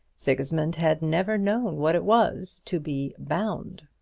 sigismund had never known what it was to be bound.